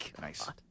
Nice